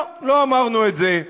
לא, לא אמרנו את זה.